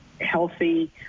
healthy